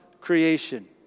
creation